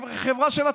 אם היא חברה של הציבור,